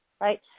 right